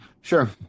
Sure